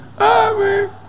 Amen